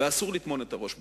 אסור לטמון את הראש בחול.